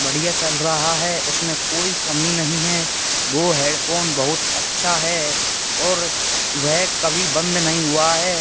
बढ़िया चल रहा है उसमें कोई कमी नहीं है वह हेडफ़ोन बहुत अच्छा है और वह कभी बंद नहीं हुआ है